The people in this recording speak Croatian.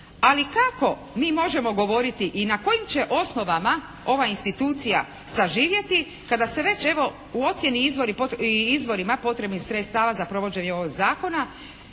Ali kako mi možemo govoriti i na kojim će osnovama ova institucija saživjeti kada se već evo, u ocjeni i izvorima potrebnih sredstava za provođenje ovog zakona